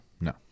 No